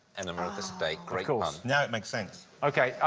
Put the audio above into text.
enema of the state, great pun. now it makes sense. ok,